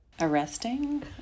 Arresting